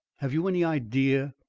have you any idea?